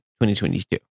2022